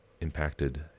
impacted